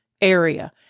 area